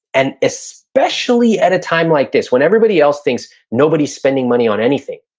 and especially at a time like this, when everybody else thinks nobody's spending money on anything.